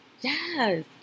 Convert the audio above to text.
yes